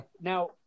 now